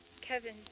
Kevin